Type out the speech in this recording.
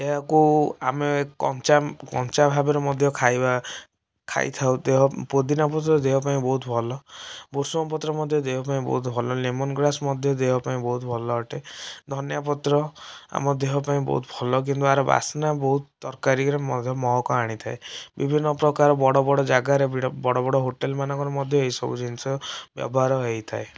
ଏହାକୁ ଆମେ କଞ୍ଚା କଞ୍ଚା ଭାବରେ ମଧ୍ୟ ଖାଇବା ଖାଇ ଥାଉ ଦେହ ପୋଦିନାପତ୍ର ଦେହପାଇଁ ବହୁତ ଭଲ ଭୁଷୁଙ୍ଗପତ୍ର ମଧ୍ୟ ଦେହପାଇଁ ବହୁତ ଭଲ ଲେମନଗ୍ରାସ ମଧ୍ୟ ଦେହପାଇଁ ବହୁତ ଭଲ ଅଟେ ଧନିଆପତ୍ର ଆମ ଦେହପାଇଁ ବହୁତ ଭଲ କିନ୍ତୁ ଏହାର ବାସ୍ନା ବହୁତ ତରକାରୀରେ ମହକ ଆଣିଥାଏ ବିଭିନ୍ନ ପ୍ରକାର ବଡ଼ ବଡ଼ ଜାଗାରେ ବି ବଡ଼ ବଡ଼ ହୋଟେଲ ମାନଙ୍କରେ ମଧ୍ୟ ଏହିସବୁ ଜିନିଷ ବ୍ୟବହାର ହେଇଥାଏ